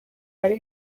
ari